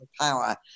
power